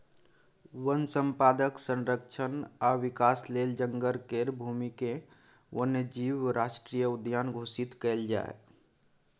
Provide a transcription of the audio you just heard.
वन संपदाक संरक्षण आ विकास लेल जंगल केर भूमिकेँ वन्य जीव राष्ट्रीय उद्यान घोषित कएल जाए